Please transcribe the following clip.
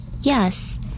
Yes